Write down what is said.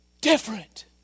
different